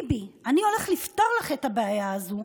ביבי: אני הולך לפתור לך את הבעיה הזו,